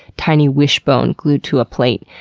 tiny wishbone glued to a plate.